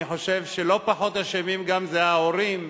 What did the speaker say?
אני חושב שלא פחות אשמים, גם, הם ההורים,